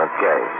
Okay